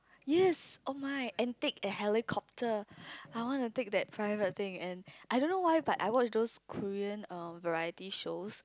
yes oh my and take the helicopter I wanna take that private thing and I don't know why but I watch those Korean um variety shows